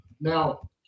Now